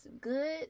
good